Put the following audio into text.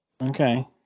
Okay